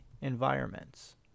environments